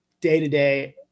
day-to-day